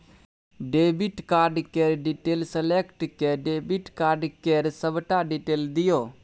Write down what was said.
debit card केर detail select कए debit card केर सबटा डिटेल दियौ